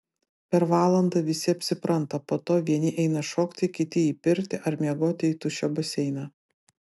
per valandą visi apsipranta po to vieni eina šokti kiti į pirtį ar miegoti į tuščią baseiną